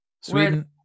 Sweden